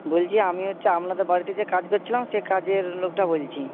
বলছি আমি হচ্ছে আপনাদের বাড়িতে যে কাজ করছিলাম সে কাজের লোকটা বলছি